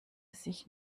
sich